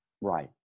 right